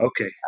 Okay